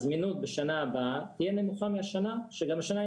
הזמינות בשנה הבאה תהיה נמוכה מהשנה שגם השנה היא